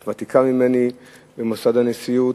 את ותיקה ממני במוסד הנשיאות,